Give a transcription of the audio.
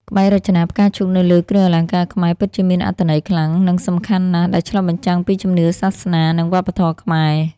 ក្បាច់រចនាផ្កាឈូកនៅលើគ្រឿងអលង្ការខ្មែរពិតជាមានអត្ថន័យខ្លាំង និងសំខាន់ណាស់ ដែលឆ្លុះបញ្ចាំងពីជំនឿ សាសនា និងវប្បធម៌ខ្មែរ។